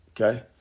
Okay